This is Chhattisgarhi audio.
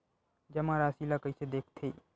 जमा राशि ला कइसे देखथे?